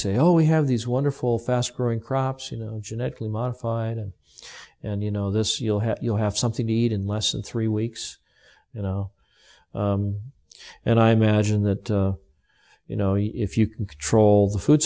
say oh we have these wonderful fast growing crops you know genetically modified and and you know this you'll have you'll have something to eat in less than three weeks now and i imagine that you know if you can control the food